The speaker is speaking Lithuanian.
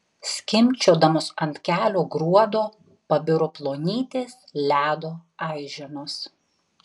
skimbčiodamos ant kelio gruodo pabiro plonytės ledo aiženos